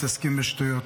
מתעסקים בשטויות.